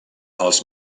els